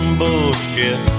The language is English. bullshit